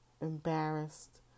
embarrassed